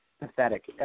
pathetic